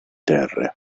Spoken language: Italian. terre